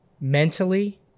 mentally